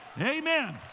Amen